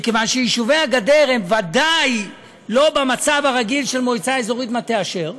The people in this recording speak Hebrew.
מכיוון שיישובי הגדר הם בוודאי לא במצב הרגיל של מועצה אזורית מטה אשר,